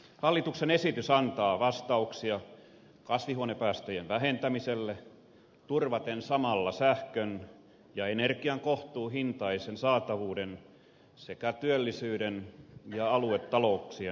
hallituksen esitys antaa vastauksia kasvihuonepäästöjen vähentämiselle turvaten samalla sähkön ja energian kohtuuhintaisen saatavuuden sekä työllisyyden ja aluetalouksien vahvistamisen